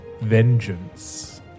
Vengeance